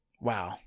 wow